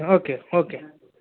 okay okay